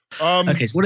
Okay